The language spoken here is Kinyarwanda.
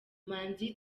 manzi